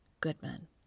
Goodman